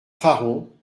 faron